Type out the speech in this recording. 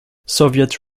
soviet